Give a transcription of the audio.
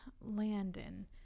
Landon